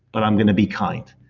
but i'm going to be kind.